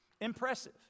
Impressive